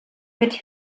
mit